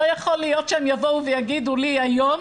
לא יכול להיות שהם יבואו ויגידו לי היום